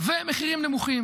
ומחירים נמוכים,